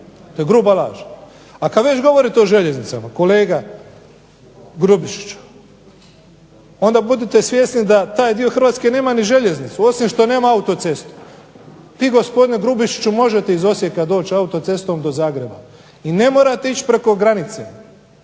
to je gruba laž. A kad već govorite o željeznicama, kolega Grubišiću, onda budite svjesni da taj dio Hrvatske nema ni željeznicu osim što nema autocestu. Vi, gospodine Grubišiću, možete iz Osijeka doći autocestom do Zagreba i ne morate ići preko granice.